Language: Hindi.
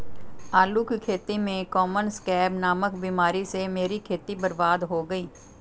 आलू की खेती में कॉमन स्कैब नामक बीमारी से मेरी खेती बर्बाद हो गई